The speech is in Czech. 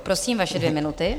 Prosím, vaše dvě minuty.